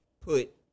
put